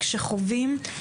כשחווים,